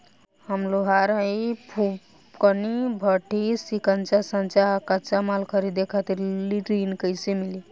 हम लोहार हईं फूंकनी भट्ठी सिंकचा सांचा आ कच्चा माल खरीदे खातिर ऋण कइसे मिली?